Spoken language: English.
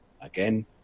again